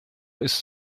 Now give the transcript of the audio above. ist